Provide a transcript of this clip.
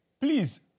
Please